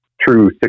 true